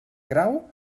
grau